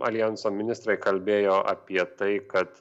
aljanso ministrai kalbėjo apie tai kad